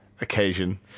occasion